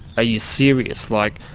are you serious? like,